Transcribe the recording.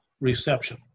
reception